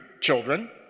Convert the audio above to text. children